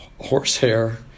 horsehair